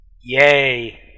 yay